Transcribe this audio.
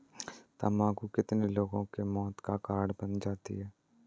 तम्बाकू कितने लोगों के मौत का कारण बन जाती है